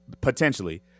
potentially